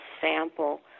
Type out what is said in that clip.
sample